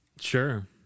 sure